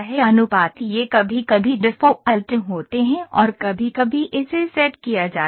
अनुपात ये कभी कभी डिफ़ॉल्ट होते हैं और कभी कभी इसे सेट किया जाता है